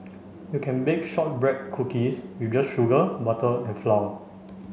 you can bake shortbread cookies with just sugar butter and flour